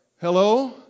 Hello